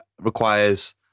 requires